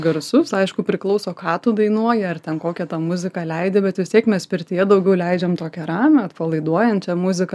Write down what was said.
garsus aišku priklauso ką tu dainuoji ar ten kokią tą muziką leidi bet vis tiek mes pirtyje daugiau leidžiam tokią ramią atpalaiduojančią muziką